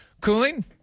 Cooling